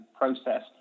process